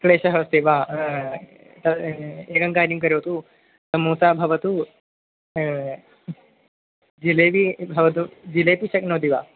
क्लेशः अस्ति वा तत् एकं कार्यं करोतु समूसा भवतु जिलेबि भवतु जिलेपि शक्नोति वा